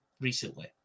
recently